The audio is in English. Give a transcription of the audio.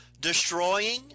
Destroying